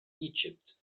egypt